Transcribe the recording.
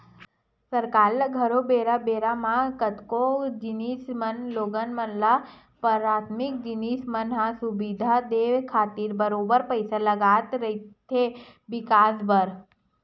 सरकार ल घलो बेरा बेरा म कतको जिनिस म लोगन मन ल पराथमिक जिनिस मन के सुबिधा देय खातिर बरोबर पइसा लगत रहिथे बिकास बर